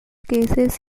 cases